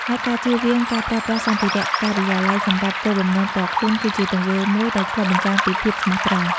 ហើយការជៀសវាងការប្រើប្រាស់សម្ភារៈការិយាល័យសម្រាប់គោលបំណងផ្ទាល់ខ្លួន គឺជាទង្វើមួយដែលឆ្លុះបញ្ចាំងពីភាពស្មោះត្រង់។